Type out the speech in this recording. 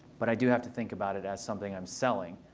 but i do have to think about it as something i'm selling.